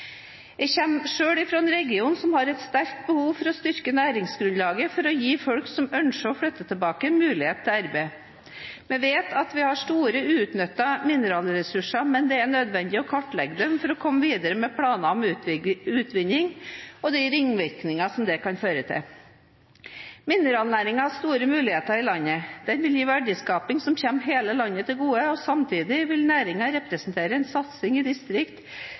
Jeg kommer selv fra en region som har et sterkt behov for å styrke næringsgrunnlaget for å gi folk som ønsker å flytte tilbake, mulighet til arbeid. Vi vet at vi har store uutnyttede mineralressurser, men det er nødvendig å kartlegge dem for å komme videre med planer for utvinning og de ringvirkninger som det kan føre til. Mineralnæringen har store muligheter i landet. Den vil gi verdiskaping som kommer hele landet til gode, og samtidig vil næringen representere en satsing i